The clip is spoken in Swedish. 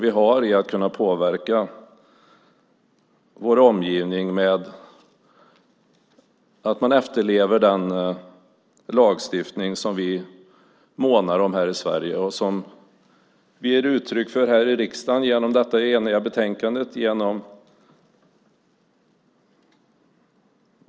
Vi månar om vår lagstiftning här i Sverige, och det ger vi uttryck för här i riksdagen genom detta eniga betänkande.